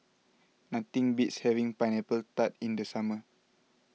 nothing beats having Pineapple Tart in the summer